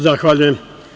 Zahvaljujem.